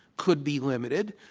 could be limited.